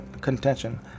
contention